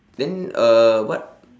then uh what